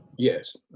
Yes